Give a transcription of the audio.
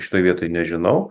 šitoj vietoj nežinau